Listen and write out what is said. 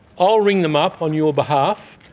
i'll ring them up on your behalf,